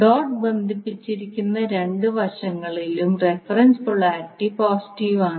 dot ബന്ധിപ്പിച്ചിരിക്കുന്ന രണ്ട് വശങ്ങളിലും റഫറൻസ് പോളാരിറ്റി പോസിറ്റീവ് ആണ്